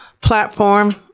platform